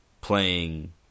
playing –